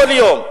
כל יום.